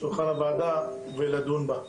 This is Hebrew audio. שולחן הוועדה ולדון בה,